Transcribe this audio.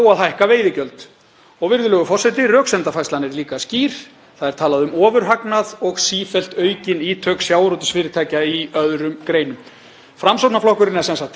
Framsóknarflokkurinn er sem sagt til í þetta samtal. Það er stjórnarandstaðan líka og reyndar er staðan sú að það er ágætur þingmeirihluti fyrir því að hækka veiðigjöld eins og áður hefur verið nefnt í þessum ræðustól.